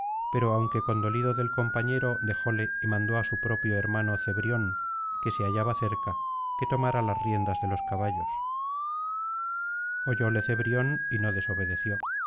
pero aunque condolido del compañero dejóle y mandó á su propio hermano cebrión que se hallaba cerca que tomara las riendas de los caballos oyóle cebrión y no desobedeció